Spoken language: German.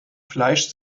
fleisch